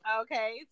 okay